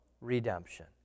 redemption